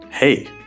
Hey